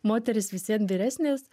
moteris visiem vyresnės